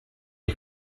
are